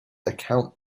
account